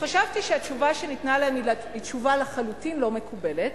חשבתי שהתשובה שניתנה היא תשובה לחלוטין לא מקובלת,